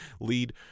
lead